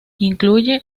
incluye